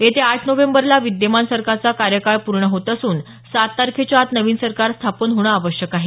येत्या आठ नोव्हेंबरला विद्यमान सरकारचा कार्यकाळ पूर्ण होत असून सात तारखेच्या आत नवीन सरकार स्थापन होणं आवश्यक आहे